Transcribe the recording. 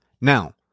Now